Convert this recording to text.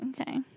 okay